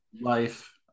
life